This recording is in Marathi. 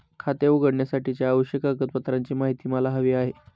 खाते उघडण्यासाठीच्या आवश्यक कागदपत्रांची माहिती मला हवी आहे